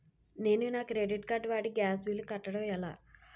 నేను నా credit card వాడి గ్యాస్ బిల్లు కట్టడం ఎలా?